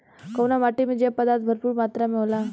कउना माटी मे जैव पदार्थ भरपूर मात्रा में होला?